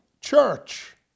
church